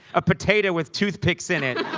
a potato with tooth picks in it